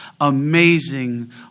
amazing